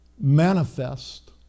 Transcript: manifest